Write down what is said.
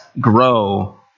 grow